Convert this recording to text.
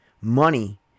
money